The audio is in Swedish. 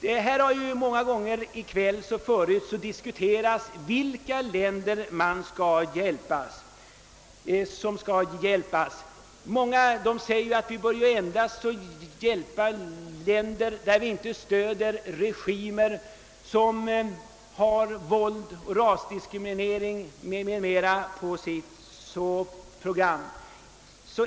Det har många gånger tidigare i kväll diskuterats vilka länder som skall få hjälp. Många menar att vi endast bör hjälpa länder, där det inte förekommer regimer som har våld, rasdiskriminering o.d. på sitt program.